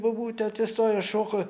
bobutė atsistojo šoko